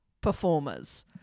performers